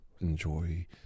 enjoy